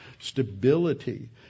stability